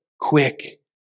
quick